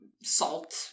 salt